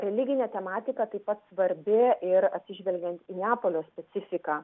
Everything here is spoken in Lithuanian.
religinė tematika taip pat svarbi ir atsižvelgiant į neapolio specifiką